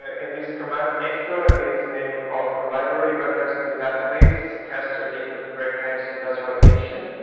in this command, ecto is the name of a library that but talks to the database, casts our data to correct types, and does validation,